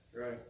Right